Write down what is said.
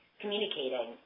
communicating